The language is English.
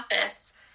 office